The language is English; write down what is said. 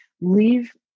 leave